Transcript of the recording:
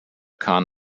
kahn